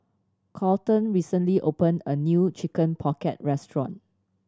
Colton recently opened a new Chicken Pocket restaurant